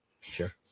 sure